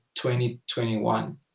2021